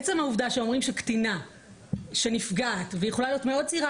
עצם העובדה שאומרים שקטינה שנפגעת והיא יכולה להיות מאוד צעירה,